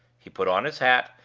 he put on his hat,